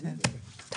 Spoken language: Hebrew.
בסדר.